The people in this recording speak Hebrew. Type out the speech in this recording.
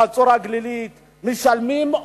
חצור-הגלילית משלמות,